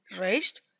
raised